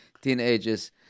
teenagers